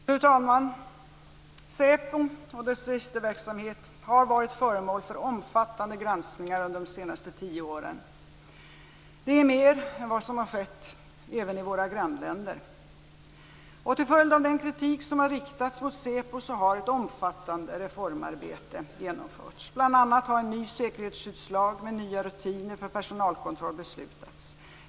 Fru talman! SÄPO och dess registerverksamhet har varit föremål för omfattande granskningar under de senaste tio åren. Det är mer än vad som har skett även i våra grannländer. Till följd av den kritik som har riktats mot SÄPO har ett omfattande reformarbete genomförts. Bl.a. har en ny säkerhetsskyddslag med nya rutiner för personalkontroll beslutats.